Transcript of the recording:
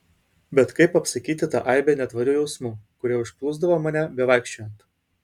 bet kaip apsakyti tą aibę netvarių jausmų kurie užplūsdavo mane bevaikščiojant